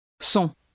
Son